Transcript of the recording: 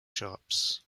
shops